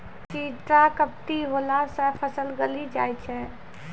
चित्रा झपटी होला से फसल गली जाय छै?